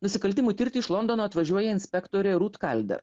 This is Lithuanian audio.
nusikaltimų tirti iš londono atvažiuoja inspektorė rūt kalder